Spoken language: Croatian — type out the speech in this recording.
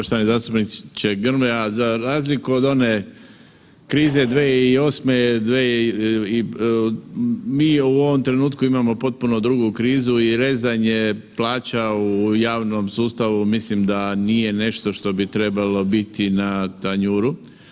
Poštovani zastupniče Grmoja, za razliku od one krize 2008. mi u ovom trenutku imamo potpuno drugu krizu i rezanje plaća u javnom sustavu, mislim da nije nešto što bi trebalo biti na tanjuru.